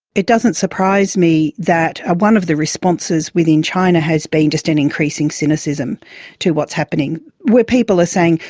it doesn't surprise me that ah one of the responses within china has been just an increasing cynicism to what's happening, where people are saying,